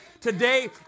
today